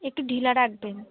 একটু ঢিলা রাখবেন